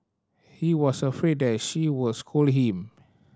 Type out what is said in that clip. he was afraid that she was scold him